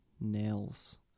nails